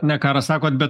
ne karas sakot bet